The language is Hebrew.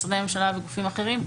משרדי ממשלה וגופים אחרים,